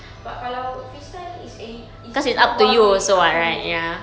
but kalau free style it's any~ it's no boundaries up to me